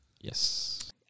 Yes